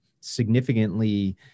significantly